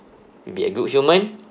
you be a good human